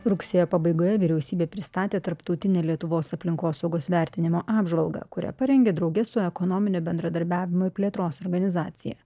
rugsėjo pabaigoje vyriausybė pristatė tarptautinę lietuvos aplinkosaugos vertinimo apžvalgą kurią parengė drauge su ekonominio bendradarbiavimo ir plėtros organizacija